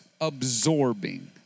absorbing